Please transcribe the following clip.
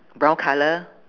brown colour